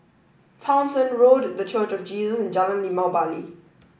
Townshend Road The Church of Jesus and Jalan Limau Bali